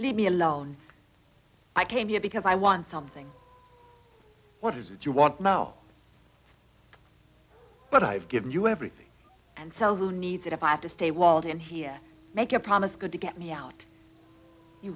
leave me alone i came here because i want something what is it you want now but i've given you everything and so who needs it if i have to stay walled in here make a promise good to get me out you